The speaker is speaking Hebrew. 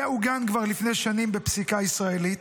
זה עוגן כבר לפני שנים בפסיקה ישראלית.